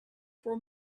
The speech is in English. for